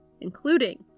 including